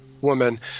woman